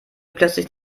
plötzlich